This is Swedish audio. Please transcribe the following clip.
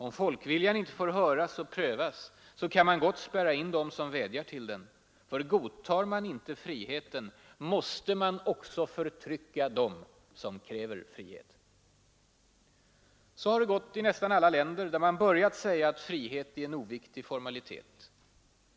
Om folkviljan inte får höras och prövas kan man gott spärra in dem som vädjar till den. Ty godtar man inte friheten måste man också förtrycka dem som kräver frihet. Så har det gått i nästan alla länder där man börjat säga att frihet är en oviktig formalitet.